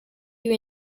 you